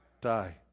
Die